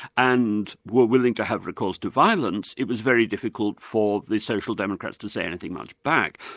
and were willing to have recourse to violence, it was very difficult for the social democrats to say anything much back.